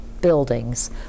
buildings